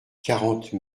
quarante